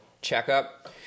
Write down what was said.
checkup